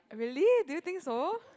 really do you think so